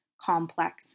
complex